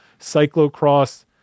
cyclocross